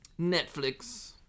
Netflix